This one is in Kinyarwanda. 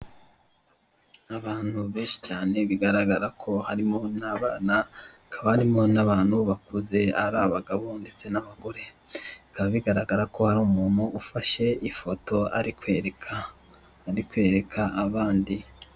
Abantu benshi cyane bigaragara ko harimo n'abana hakaba harimo n'abantu bakuze ari abagabo ndetse n'abagore bikaba bigaragara ko hari umuntu ufashe ifoto ari kwereka abandi.